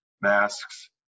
masks